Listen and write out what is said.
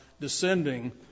descending